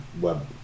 web